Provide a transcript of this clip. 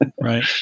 Right